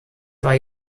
war